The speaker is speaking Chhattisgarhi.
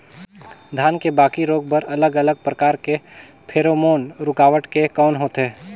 धान के बाकी रोग बर अलग अलग प्रकार के फेरोमोन रूकावट के कौन होथे?